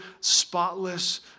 spotless